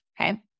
Okay